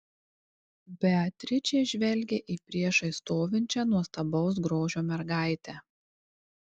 beatričė žvelgė į priešais stovinčią nuostabaus grožio mergaitę